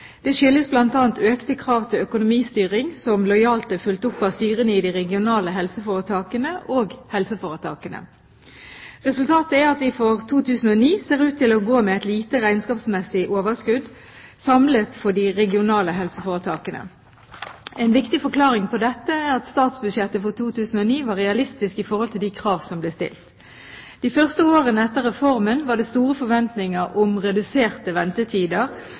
Det skyldes bl.a. økte krav til økonomistyring, som lojalt er fulgt opp av styrene i de regionale helseforetakene og helseforetakene. Resultatet er at vi for 2009 ser ut til å gå med et lite regnskapsmessig overskudd samlet for de regionale helseforetakene. En viktig forklaring på dette er at statsbudsjettet for 2009 var realistisk i forhold til de krav som ble stilt. De første årene etter reformen var det store forventninger om reduserte ventetider